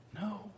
No